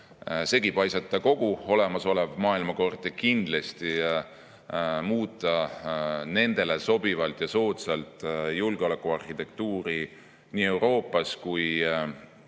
segi paisata kogu olemasolev maailmakord ja kindlasti muuta nendele sobivalt ja soodsalt julgeolekuarhitektuuri nii Euroopas kui